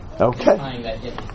Okay